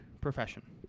Profession